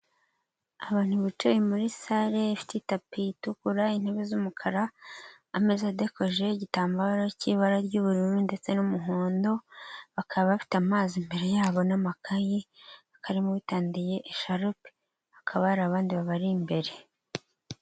Abantu bicaye muri sare ifite itapi itukura, intebe z'umukara, ameza adekojeho igitambaro cy'ibara ry'ubururu ndetse n'umuhondo, bakaba bafite amazi imbere yabo n'amakayi, hakaba harimo uwitandiye isharupe, hakaba hari abandi babari imbere.